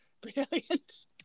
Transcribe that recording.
Brilliant